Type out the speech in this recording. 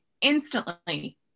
instantly